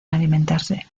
alimentarse